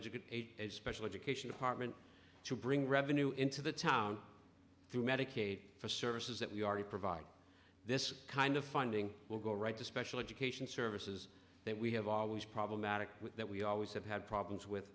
a special education department to bring revenue into the town through medicaid for services that we already provide this kind of funding will go right to special education services that we have always problematic that we always have had problems with